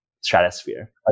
stratosphere